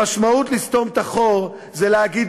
המשמעות של לסתום את החור זה להגיד